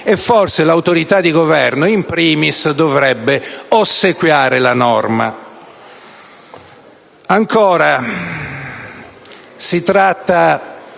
Forse l'autorità di Governo *in primis* dovrebbe ossequiare la norma. Ancora, si tratta